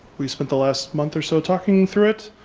we spent the last month or so talking through it,